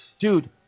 dude